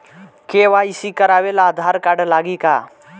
KYC करावे ला Aadhaar card लागी का?